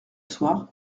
soir